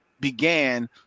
Began